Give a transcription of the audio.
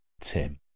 Tim